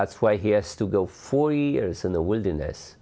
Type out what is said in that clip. that's why he has to go for years in the wilderness